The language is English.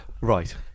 Right